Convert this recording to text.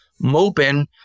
moping